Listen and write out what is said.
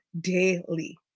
daily